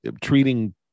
treating